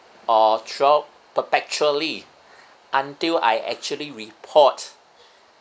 or throughout perpetually until I actually report